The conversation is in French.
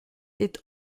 est